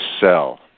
sell